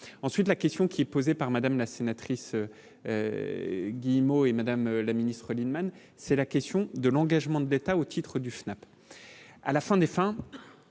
ensuite la question qui est posée par Madame, la sénatrice Guillemot et Madame la Ministre, Lienemann c'est la question de l'engagement de l'État au titre du FNAP